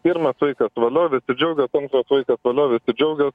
pirmas vaikas valio visi džiaugias antras vaikas valio visi džiaugias